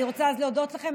אני רוצה אז להודות לכם.